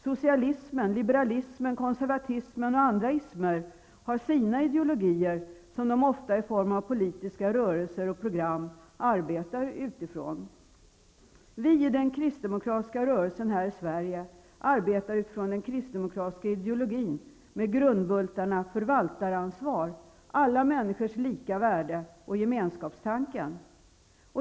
Socialismen, liberalismen, konservatismen och andra ismer har sina ideologier, som de ofta i form av politiska rörelser och program arbetar utifrån. Vi i den kristdemokratiska rörelsen här i Sverige arbetar utifrån den kristdemokratiska ideologin med grundbultarna: förvaltaransvar, alla människors lika värde och gemenskapstanken.